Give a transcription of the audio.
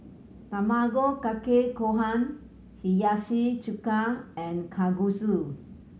Tamago Kake Gohan Hiyashi Chuka and Kalguksu